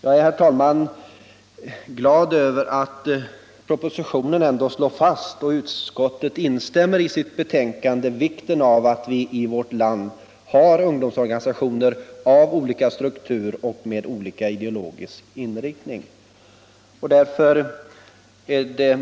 Jag är, herr talman, glad över att propositionen ändå slår fast vikten av att vi i vårt land har ungdomsorganisationer av olika struktur och med olika ideologisk inriktning och att utskottet i sitt betänkande instämmer i detta.